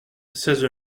seize